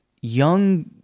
young